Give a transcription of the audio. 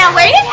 wait